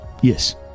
Yes